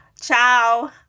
ciao